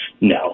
No